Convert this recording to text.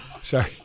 Sorry